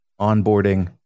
onboarding